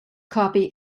copy